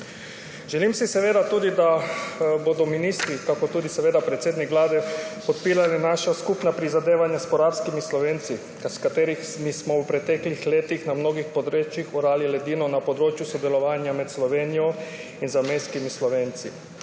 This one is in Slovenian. Želim si seveda tudi, da bodo ministri ter tudi predsednik Vlade podpirali naša skupna prizadevanja s porabskimi Slovenci, s katerimi smo v preteklih letih na mnogih področjih orali ledino na področju sodelovanja med Slovenijo in zamejskimi Slovenci.